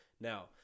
Now